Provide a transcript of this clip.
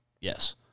Yes